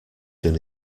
soon